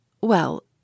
Well